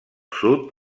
sud